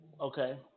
Okay